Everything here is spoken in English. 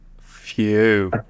Phew